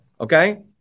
okay